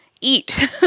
eat